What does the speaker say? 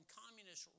communist